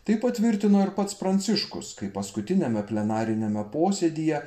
tai patvirtino ir pats pranciškus kai paskutiniame plenariniame posėdyje